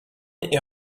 est